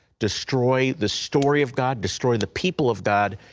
destroy the story of god, destroy the people of god,